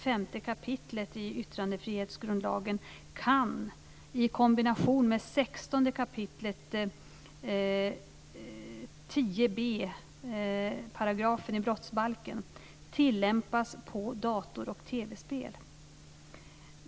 5 kap. i yttrandefrihetsgrundlagen kan, i kombination med 16 kap. 10 b § i brottsbalken, tillämpas på datoroch TV-spel.